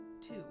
two